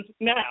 now